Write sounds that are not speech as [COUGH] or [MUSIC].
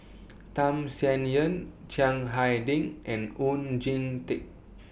[NOISE] Tham Sien Yen Chiang Hai Ding and Oon Jin Teik